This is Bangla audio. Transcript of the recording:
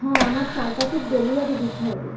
হ্যাঁ আমার চার প্যাকেট ডেলিভারি দিতে হবে